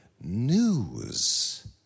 news